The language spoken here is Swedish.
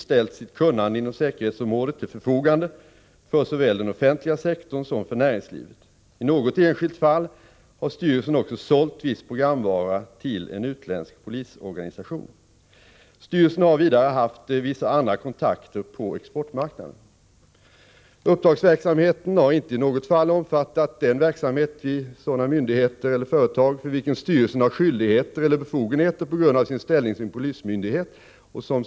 Skiljelinjen gentemot den självklara uppgiften som allmänhetens tjänare ansågs oklar. Eftersom verksamheten enligt uppgift fått en icke ringa omfattning och man nu har ett års erfarenhet, vill jag ställa följande frågor till justitieministern: 1.